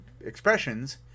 expressions